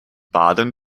baden